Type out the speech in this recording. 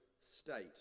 state